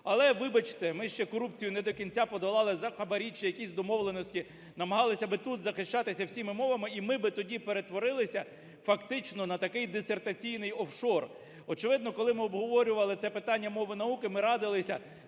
Але, вибачте, ми ще корупцію не до кінця подолали, за хабарі чи якісь домовленості намагалися би тут захищатися всіма мовами, і ми би тоді перетворилися фактично на такий дисертаційний офшор. Очевидно, коли ми обговорювали це питання мови науки, ми радилися